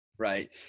Right